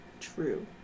true